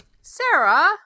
Sarah